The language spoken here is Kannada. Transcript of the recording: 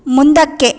ಮುಂದಕ್ಕೆ